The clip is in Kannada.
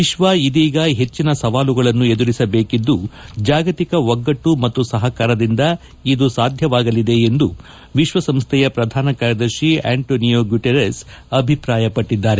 ವಿಶ್ವ ಇದೀಗ ಹೆಚ್ಚಿನ ಸವಾಲುಗಳನ್ನು ಎದುರಿಸಬೇಕಿದ್ದು ಜಾಗತಿಕ ಒಗ್ಗಟ್ಟು ಮತ್ತು ಸಹಕಾರದಿಂದ ಇದು ಸಾಧ್ವವಾಗಲಿದೆ ಎಂದು ವಿಶ್ವಸಂಸ್ವೆ ಪ್ರದಾನ ಕಾರ್ಯದರ್ಶಿ ಆ್ಬಂಟೋನಿಯೊ ಗ್ಯುಟೆರಸ್ ಅಭಿಪ್ರಾಯಪಟ್ಟಿದ್ದಾರೆ